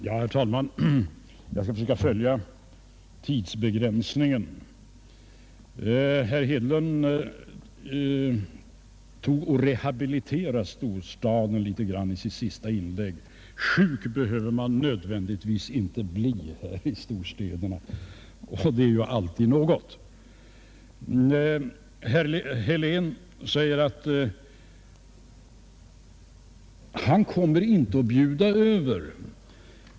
Herr talman! Jag skall försöka att inte överskrida tidsbegränsningen. Herr Hedlund rehabiliterade storstaden litet grand i sitt senaste inlägg. Sjuk behöver man nödvändigtvis inte bli i storstäderna, sade han. Det är alltid något! Herr Helén säger att han inte kommer att bjuda över.